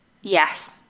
yes